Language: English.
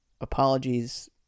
Apologies